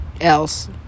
else